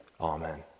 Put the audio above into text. Amen